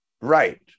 Right